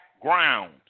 ground